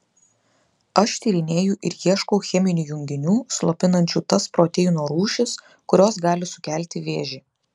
aš tyrinėju ir ieškau cheminių junginių slopinančių tas proteinų rūšis kurios gali sukelti vėžį